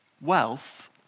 Wealth